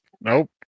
Nope